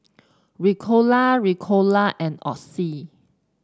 Ricola Ricola and Oxy